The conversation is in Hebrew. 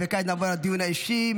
כעת נעבור לדיון האישי.